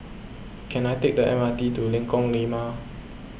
can I take the M R T to Lengkok Lima